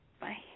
Bye